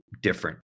different